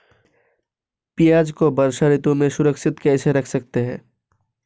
प्याज़ को वर्षा ऋतु में सुरक्षित कैसे रख सकते हैं?